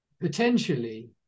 potentially